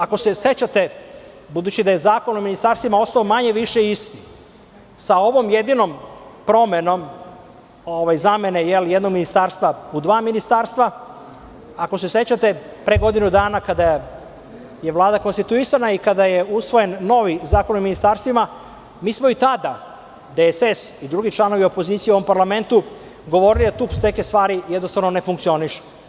Ako se sećate, budući da je Zakon o ministarstvima ostao manje-više isti, sa ovom jedinom promenom zamene jednog ministarstva u dva ministarstva, ako se sećate, pre godinu dana, kada je Vlada konstituisana i kada je usvojen novi Zakon o ministarstvima, mi smo i tada, DSS i drugi članovi opozicije u ovom parlamentu govorili da tu neke stvari ne funkcionišu.